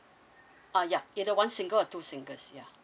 (uh ya either one single or two singles ya